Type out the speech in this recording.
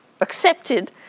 accepted